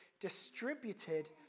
distributed